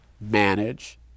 manage